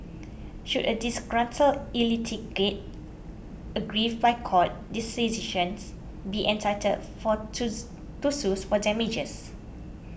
should a disgruntled aggrieved by court decisions be entitled for to to sues for damages